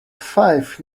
five